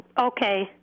okay